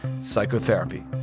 psychotherapy